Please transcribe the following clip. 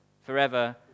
forever